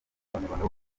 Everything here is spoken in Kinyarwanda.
abanyarwanda